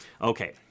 Okay